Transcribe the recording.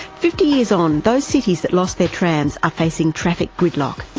fifty years on, those cities that lost their trams are facing traffic gridlock,